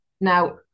Now